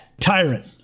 Tyrant